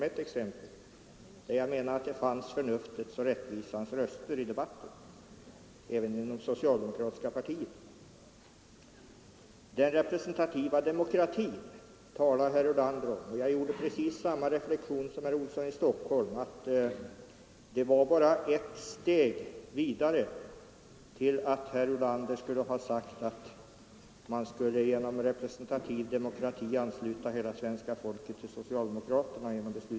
Jag menar alltså att det fanns förnuftets och rättvisans röster i debatten även inom det social Herr Ulander talade om den representativa demokratin, och jag gjorde precis samma reflexion som herr Olsson i Stockholm, nämligen att det bara hade behövts ett steg vidare för att herr Ulander skulle ha sagt att man genom representativ demokrati och beslut i riksdagen skulle ansluta hela svenska folket till socialdemokraterna.